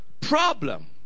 problem